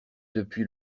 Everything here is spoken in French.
depuis